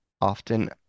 Often